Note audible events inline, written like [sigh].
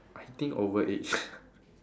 I think overage [laughs]